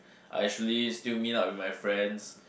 I actually still meet up with my friends